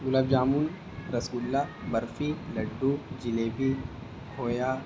گلاب jamun rasgulla barfi laddoo jalebi کھویا